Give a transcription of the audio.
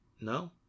no